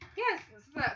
yes